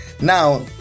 Now